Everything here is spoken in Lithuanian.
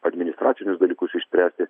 administracinius dalykus išspręsti